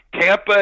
Tampa